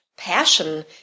Passion